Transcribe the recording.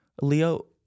Leo